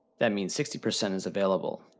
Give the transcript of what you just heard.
that means sixty percent is available.